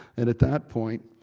and at that point,